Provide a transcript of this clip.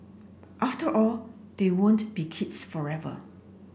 after all they won't be kids forever